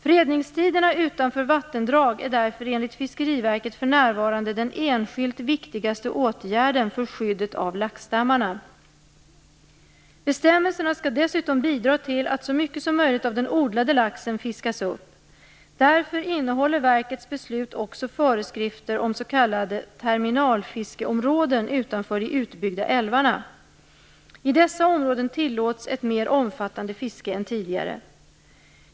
Fredningstiderna utanför vattendrag är därför enligt Fiskeriverket för närvarande den enskilt viktigaste åtgärden för skyddet av laxstammarna. Bestämmelserna skall dessutom bidra till att så mycket som möjligt av den odlade laxen fiskas upp. Därför innehåller verkets beslut också föreskrifter om s.k. terminalfiskeområden utanför de utbyggda älvarna. I dessa områden tillåts ett mer omfattande fiske än tidigare.